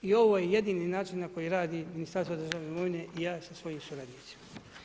I ovo je jedini način na koji radi Ministarstvo državne imovine i ja sa svojim suradnicima.